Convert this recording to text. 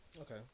okay